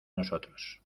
nosotros